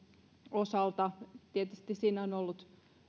osalta tietysti siinä on ollut